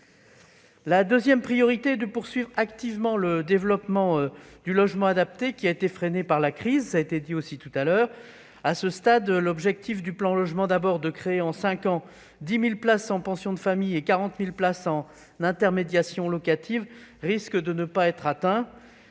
La deuxième exigence est de poursuivre activement le plan du logement adapté qui a été freiné par la crise. À ce stade, l'objectif de créer en cinq ans 10 000 places en pension de famille et 40 000 places en intermédiation locative risque de ne pas être atteint.